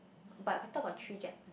but I thought got three gap